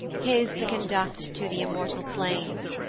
his to conduct to the immortal plains,